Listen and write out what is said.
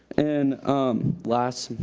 and um last,